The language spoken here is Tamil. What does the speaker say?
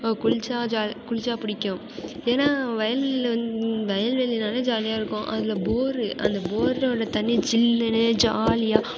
குளித்தா ஜால் குளித்தா புடிக்கும் ஏன்னா வயல்வெளில வந் வயல்வெளினாலே ஜாலியாக இருக்கும் அதில் போரு அந்த போரில் உள்ள தண்ணி ஜில்லுனு ஜாலியாக